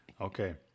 okay